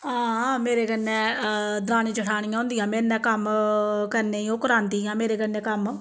आं मेरे कन्ने दरानी जठानियां होंदियां मेरे ने कम्म करने गी ओह् करांदियां मेरे कन्नै कम्म